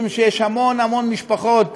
משום שיש המון המון משפחות,